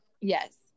yes